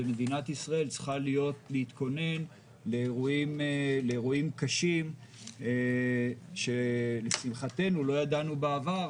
ומדינת ישראל צריכה להתכונן לאירועים קשים שלשמחתנו לא ידענו בעבר,